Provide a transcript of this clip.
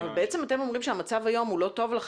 אתם אומרים שהמצב היום הוא לא טוב לכם.